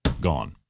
gone